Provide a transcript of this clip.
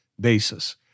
basis